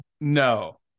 No